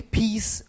peace